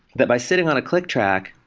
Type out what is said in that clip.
that by sitting on a click track,